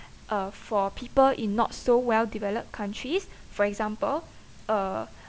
uh for people in not so well developed countries for example uh